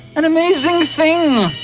an amazing thing,